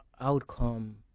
outcome